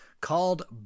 Called